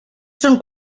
són